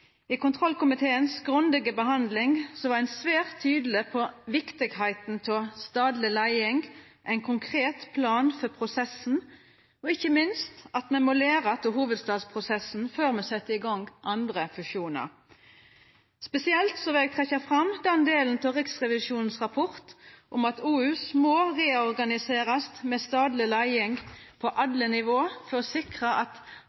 I den grundige behandlinga i kontrollkomiteen var ein svært tydeleg på kor viktig det var med stadleg leiing, ein konkret plan for prosessen, og ikkje minst at me må læra av hovudstadsprosessen før me set i gang med andre fusjoner. Spesielt vil eg trekkja fram den delen av Riksrevisjonens rapport om at OUS må reorganiserast med stadleg leiing på